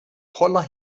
poller